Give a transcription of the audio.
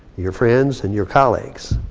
your friends and your colleagues.